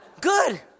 Good